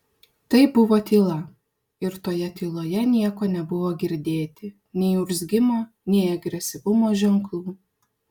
tai buvo tyla ir toje tyloje nieko nebuvo girdėti nei urzgimo nei agresyvumo ženklų